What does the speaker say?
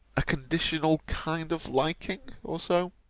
a conditional kind of liking, or so.